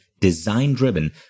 design-driven